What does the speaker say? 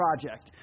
project